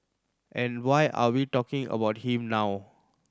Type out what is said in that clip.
and why are we talking about him now